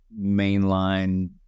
mainline